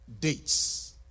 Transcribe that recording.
dates